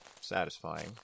satisfying